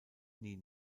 nie